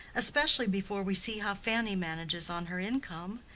especially before we see how fanny manages on her income.